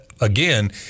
again